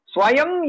Swayam